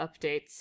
updates